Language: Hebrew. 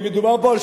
חבר הכנסת חרמש,